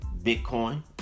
Bitcoin